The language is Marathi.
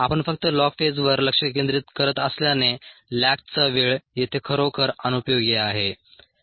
आपण फक्त लॉग फेजवर लक्ष केंद्रित करत असल्याने लॅगचा वेळ येथे खरोखर अनुपयोगी आहे